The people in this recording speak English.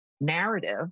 narrative